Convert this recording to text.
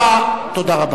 תודה.